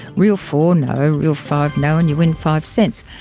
reel four no, reel five no, and you win five cents.